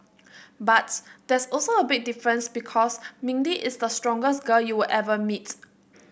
but there's also a big difference because Mindy is the strongest girl you will ever meet